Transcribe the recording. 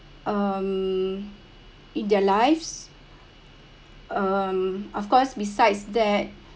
um in their lives um of course besides that